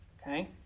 Okay